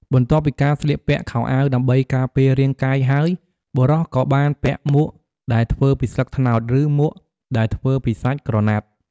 បន្ទាប់ពីការស្លៀកពាក់ខោអាវដើម្បីការពាររាងកាយហើយ បុរសក៏បានពាក់មួកដែលធ្វើពីស្លឹកត្នោត ឬមួកដែលធ្វើពីសាច់ក្រណាត់។